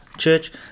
church